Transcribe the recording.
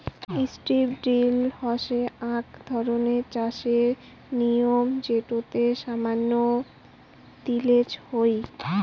strip drill হসে আক ধরণের চাষের নিয়ম যেটোতে সামান্য তিলেজ হউ